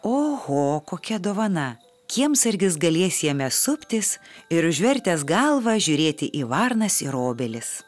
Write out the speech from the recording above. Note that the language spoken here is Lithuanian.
oho kokia dovana kiemsargis galės jame suptis ir užvertęs galvą žiūrėti į varnas ir obelis